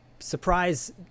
Surprise